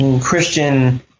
Christian